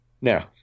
now